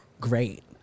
great